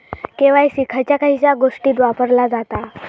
KYC खयच्या खयच्या गोष्टीत वापरला जाता?